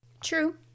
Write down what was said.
True